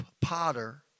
potter